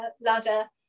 ladder